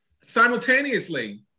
Simultaneously